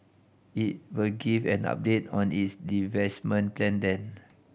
it will give an update on its divestment plan then